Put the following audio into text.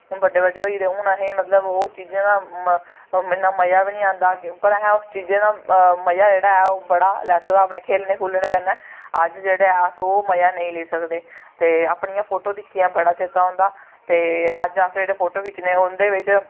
बड्डे बड्डे होई गेदे हून असें ओह् मतलब चीजें दा ई इन्ना मजा बी निं औंदा पर असें उस चीजें दा मजा जेह्ड़ा ऐ ओह् बड़ा लैत्ते दा ऐ अपने खेढने खूढने कन्नै अज्ज जेह्ड़ा अस ओह् मजा नेईं लेई सकदे ते अपनियां फोटो दिक्खियै बड़ा चेत्ता औंदा ते अज्ज जेह्ड़े अस फोटो खिच्चने उं'दे बिच्च